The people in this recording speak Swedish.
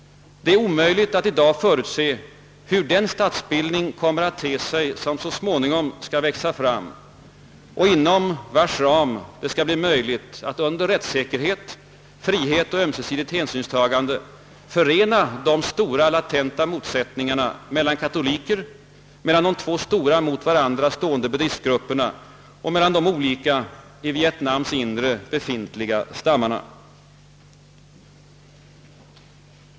Det är omöjligt att i dag förutse hur den statsbildning kommer att te sig, som så småningom skall växa fram och inom vars ram det skall bli möjligt att under rättssäkerhet, frihet och ömsesidigt hänsynstagande förena de latenta motsättningarna mellan katoliker, de två stora mot varandra stående buddistgrupperna och de olika i Vietnams inre befintliga stammarna.